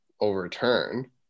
overturn